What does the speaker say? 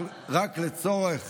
רק לצורך